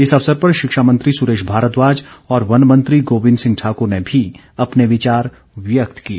इस अवसर पर शिक्षामंत्री सुरेश भारद्वाज और वन मंत्री गोविंद सिंह ठाकुर ने भी अपने विचार व्यक्त किए